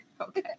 Okay